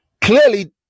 clearly